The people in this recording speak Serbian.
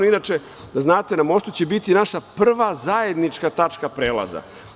Inače, da znate, na mostu će biti i naša prva zajednička tačka prelaza.